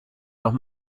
noch